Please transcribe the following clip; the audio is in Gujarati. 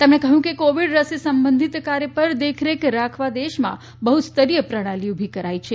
તેમણે કહ્યું કે કોવિડ રસી સંબંધિત કાર્ય પર દેખરેખ રાખવા દેશમાં બહુસ્તરીય પ્રણાલી ઉલી કરાઇ છે